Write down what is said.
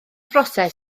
broses